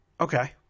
Okay